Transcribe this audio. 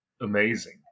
amazing